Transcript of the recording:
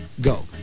go